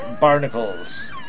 Barnacles